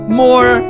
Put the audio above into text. more